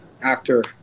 actor